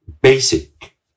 basic